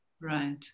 Right